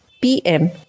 pm